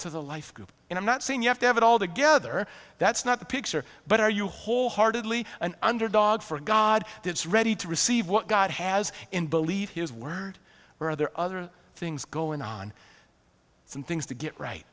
to the life group and i'm not saying you have to have it all together that's not the picture but are you wholeheartedly an underdog for a god that's ready to receive what god has in believe his word or are there other things going on and things to get right